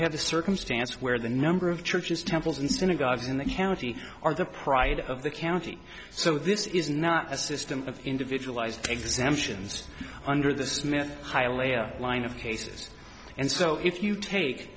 have a circumstance where the number of churches temples and synagogues in the county are the pride of the county so this is not a system of individual ised exemptions under the smith hialeah line of cases and so if you take